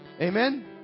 Amen